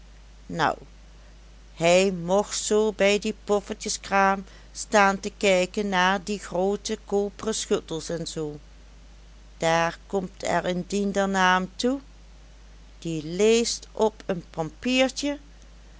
nou hij mocht zoo bij die poffertjeskraam staan te kijken na die groote kopere schuttels en zoo daar komt er een diender na em toe die leest op en pampiertje